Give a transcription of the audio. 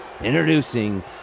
introducing